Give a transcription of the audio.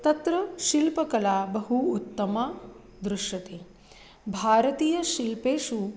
तत्र शिल्पकला बहु उत्तमा दृश्यते भारतीयशिल्पेषु